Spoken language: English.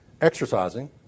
exercising